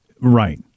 Right